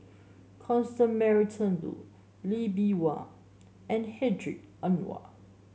Constance Mary Turnbull Lee Bee Wah and Hedwig Anuar